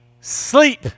sleep